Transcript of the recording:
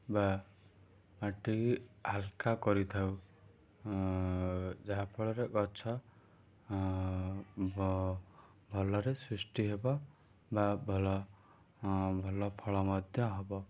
ବା ମାଟିକି ହାଲୁକା କରିଥାଉ ଯାହା ଫଳରେ ଗଛ ଭଲରେ ସୃଷ୍ଟି ହେବ ବା ଭଲ ଭଲ ଫଳ ମଧ୍ୟ ହେବ